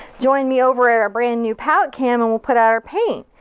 join me over at our brand new palette cam and we'll put out our paint.